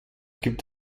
gibt